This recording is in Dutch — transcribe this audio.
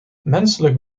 menselijk